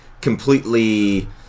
completely